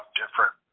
different